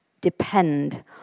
depend